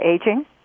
aging